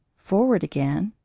forward again,